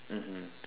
mmhmm